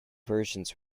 versions